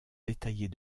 détaillées